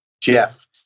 jeff